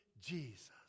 Jesus